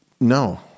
no